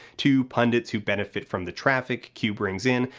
to pundits who benefit from the traffic q brings in,